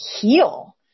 heal